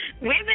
Women